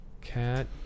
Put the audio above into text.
Cat